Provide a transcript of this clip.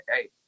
hey